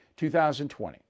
2020